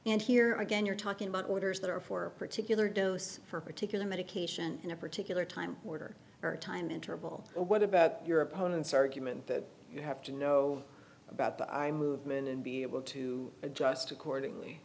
and here again you're talking about orders that are for a particular dose for particular medication in a particular time order or time interval what about your opponents argument that you have to know about the i movement and be able to adjust accordingly